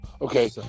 Okay